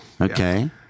Okay